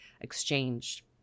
exchanged